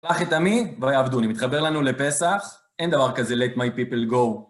שלח את עמי ויעבדוני, זה מתחבר לנו לפסח, אין דבר כזה Let my people go.